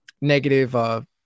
negative